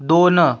दोन